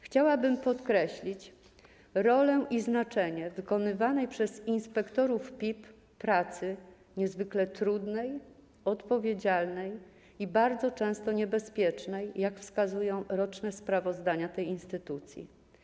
Chciałabym podkreślić rolę i znaczenie wykonywanej przez inspektorów PIP pracy, niezwykle trudnej, odpowiedzialnej i bardzo często niebezpiecznej, jak wskazują roczne sprawozdania tej instytucji.